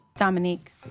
Dominique